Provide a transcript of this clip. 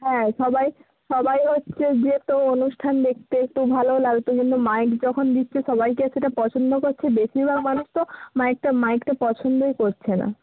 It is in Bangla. হ্যাঁ সবাই সবাই হচ্ছে যেত অনুষ্ঠান দেখতে তো ভালোও লাগত কিন্তু মাইক যখন দিচ্ছে সবাই কি সেটা পছন্দ করছে বেশিরভাগ মানুষ তো মাইকটা মাইকটা পছন্দও করছে না